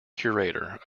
curator